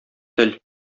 тел